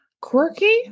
quirky